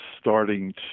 starting